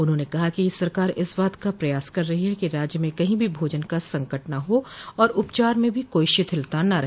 उन्होंने कहा कि सरकार इस बात का प्रयास कर रही है कि राज्य म कहीं भी भोजन का संकट न हो और उपचार में कोई भी शिथिलता न रहे